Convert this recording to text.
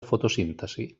fotosíntesi